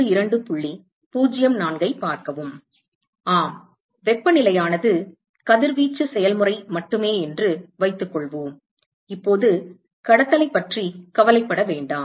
ஆம் வெப்பநிலையானது கதிர்வீச்சு செயல்முறை மட்டுமே என்று வைத்துக்கொள்வோம் இப்போது கடத்தலைப் பற்றி கவலைப்பட வேண்டாம்